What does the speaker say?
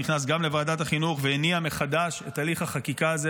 נכנס גם לוועדת החינוך והניע מחדש את הליך החקיקה הזה.